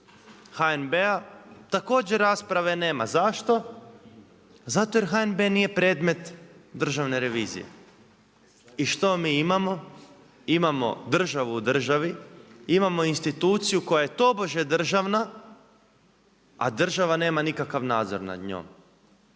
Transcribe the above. HNB također rasprave nema, zašto, zato jer HNB nije predmet Državne revizije. I što mi imamo? Imamo državu u državu, imamo instituciju koja je tobože državna, a država nema nikakav nadzor nad njom.